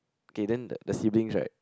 okay then the the siblings right